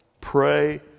pray